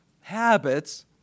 habits